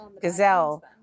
gazelle